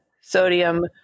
sodium